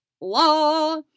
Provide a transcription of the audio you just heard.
Law